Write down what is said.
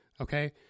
okay